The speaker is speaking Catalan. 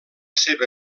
seva